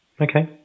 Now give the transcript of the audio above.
Okay